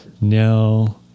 No